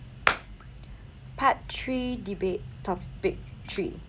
part three debate topic three